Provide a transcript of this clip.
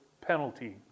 penalty